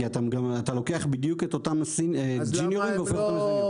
כי אתה לוקח את אותם ג'וניורים והופך אותם לסיניורים.